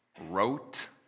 Wrote